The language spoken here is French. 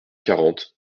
quarante